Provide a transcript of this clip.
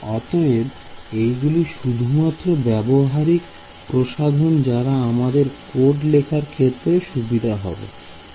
অতএব এগুলি শুধুমাত্র ব্যবহারিক প্রসাধন যারা আমাদের কোড লেখার ক্ষেত্রে সুবিধা হবে